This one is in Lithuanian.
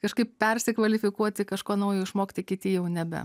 kažkaip persikvalifikuoti kažko naujo išmokti kiti jau nebe